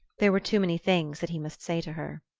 there were too many things that he must say to her.